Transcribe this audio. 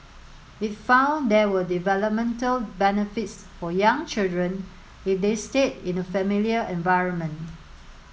it found there were developmental benefits for young children if they stayed in a familiar environment